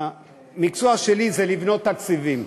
המקצוע שלי הוא לבנות תקציבים.